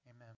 amen